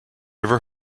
ever